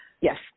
yes